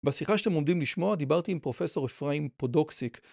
בשיחה שאתם עומדים לשמוע, דיברתי עם פרופ' אפרים פודוקסיק.